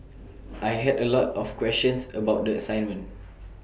I had A lot of questions about the assignment